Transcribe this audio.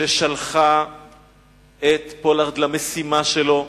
ששלחה את פולארד למשימה שלו,